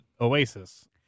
Oasis